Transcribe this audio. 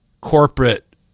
corporate